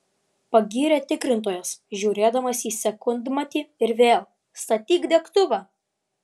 pagyrė tikrintojas žiūrėdamas į sekundmatį ir vėl statyk degtuvą